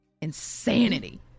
Insanity